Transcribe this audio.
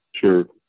Sure